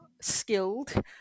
skilled